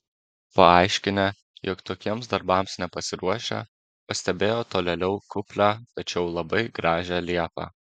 paaiškinę jog tokiems darbams nepasiruošę pastebėjo tolėliau kuplią tačiau labai gražią liepą